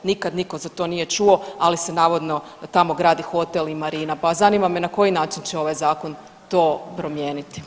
Nikad nitko za to nije čuo, ali se navodno tamo gradi hotel i marina, pa zanima me, na koji način će ovaj Zakon to promijeniti?